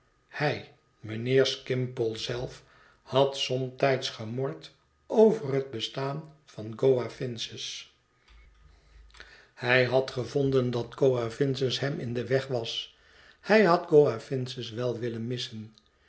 hij mijnheer skimpole zelf had somtijds gemord over het bestaan van coavinses hij jo had gevonden dat coavinses hem in den weg was hij had coavinses wel willen missen